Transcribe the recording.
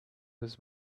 was